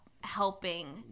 helping